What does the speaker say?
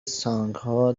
سانگها